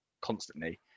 constantly